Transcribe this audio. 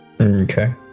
Okay